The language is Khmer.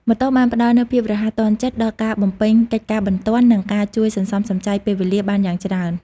ម៉ូតូបានផ្តល់នូវភាពរហ័សទាន់ចិត្តដល់ការបំពេញកិច្ចការបន្ទាន់និងបានជួយសន្សំសំចៃពេលវេលាបានយ៉ាងច្រើន។